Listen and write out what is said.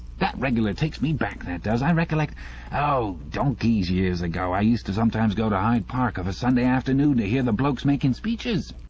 that reg'lar takes me back, that does. i recollect oh, donkey's years ago i used to sometimes go to yde park of a sunday afternoon to ear the blokes making speeches.